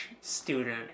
student